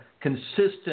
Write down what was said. consistent